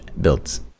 builds